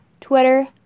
Twitter